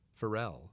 Pharrell